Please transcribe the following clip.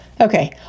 Okay